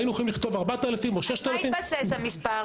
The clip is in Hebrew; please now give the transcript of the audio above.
היינו יכולים לכתוב 4,000 או 6,000. על מה התבסס המספר?